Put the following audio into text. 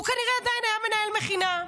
הוא כנראה עדיין היה מנהל מכינה.